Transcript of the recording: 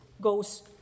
goes